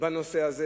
בנושא הזה